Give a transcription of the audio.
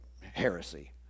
heresy